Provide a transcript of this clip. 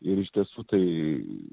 ir iš tiesų tai